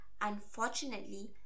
Unfortunately